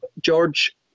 George